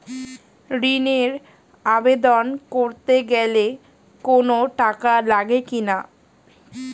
ঋণের আবেদন করতে গেলে কোন টাকা লাগে কিনা?